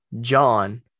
John